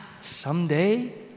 someday